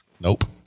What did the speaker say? Nope